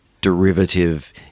derivative